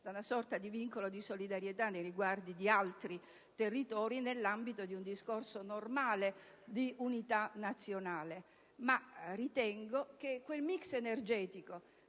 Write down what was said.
ad una sorta di vincolo di solidarietà nei confronti di altri territori nell'ambito di un discorso normale di unità nazionale. Ritengo però che quel *mix* energetico